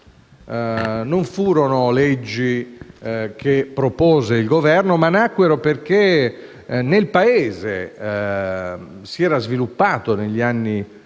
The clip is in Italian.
Non furono proposte dal Governo, ma nacquero perché nel Paese si era sviluppata, negli anni